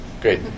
Great